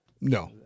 no